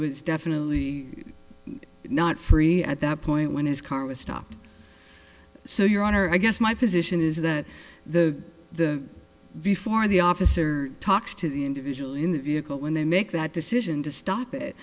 was definitely not free at that point when his car was stopped so your honor i guess my position is that the the before the officer talks to the individual in the vehicle when they make that decision to stop it